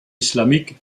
islamique